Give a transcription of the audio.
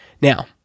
Now